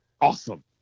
awesome